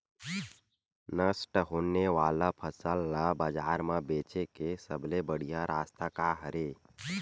नष्ट होने वाला फसल ला बाजार मा बेचे के सबले बढ़िया रास्ता का हरे?